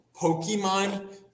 Pokemon